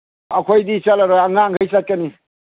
ꯑꯩꯈꯣꯏꯗꯤ ꯆꯠꯂꯔꯣꯏ ꯑꯉꯥꯡ ꯃꯈꯩ ꯆꯠꯀꯅꯤ